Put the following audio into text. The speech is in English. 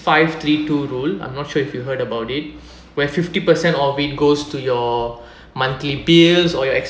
five three two rule I'm not sure if you heard about it where fifty percent of it goes to your monthly bills or your